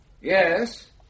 Yes